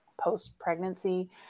post-pregnancy